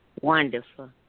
Wonderful